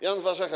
Jan Warzecha.